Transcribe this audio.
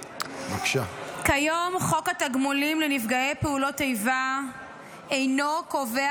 כיום חוק התגמולים לנפגעי פעולות איבה אינו קובע